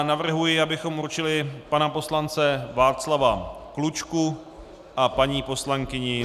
Navrhuji, abychom určili pana poslance Václava Klučku a paní poslankyni.